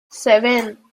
seven